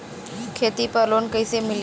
खेती पर लोन कईसे मिली?